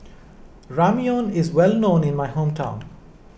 Ramyeon is well known in my hometown